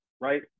Right